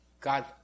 God